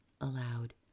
aloud